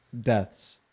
deaths